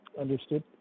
Understood